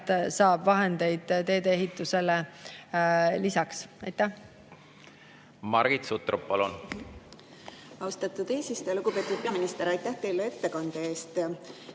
saab vahendeid teedeehitusele lisaks. Margit Sutrop, palun! Austatud eesistuja! Lugupeetud peaminister, aitäh teile ettekande eest!